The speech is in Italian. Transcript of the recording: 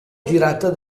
girata